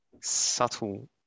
subtle